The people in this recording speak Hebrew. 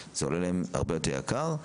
זה עולה להם הרבה יותר יקר,